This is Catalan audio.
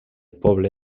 poble